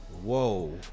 Whoa